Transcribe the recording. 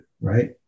right